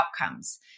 outcomes